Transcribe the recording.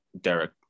Derek